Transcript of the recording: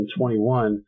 2021